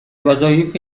وظایف